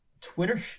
Twitter